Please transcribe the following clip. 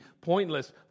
pointless